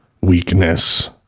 weakness